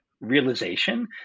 realization